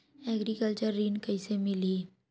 Agriculture ऋण कइसे मिलही?